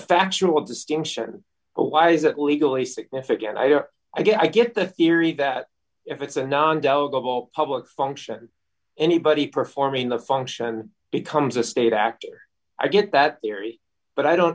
factual distinction why is it legally significant i don't i get the theory that if it's a non delegate all public function anybody performing the function becomes a state actor i get that theory but i don't